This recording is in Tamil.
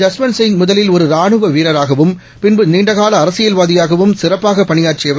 ஜஸ்வந்த்சிங்முதலில்ஒருராணுவவீரராகவும் பின்புநீண்டகாலஅரசியல்வாதியாகவும்சிறப்பாகபணியாற் றியவர்